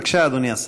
בבקשה, אדוני השר.